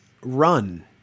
run